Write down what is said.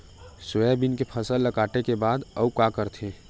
Soybean के फसल ल काटे के बाद आऊ का करथे?